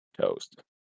toast